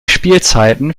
spielzeiten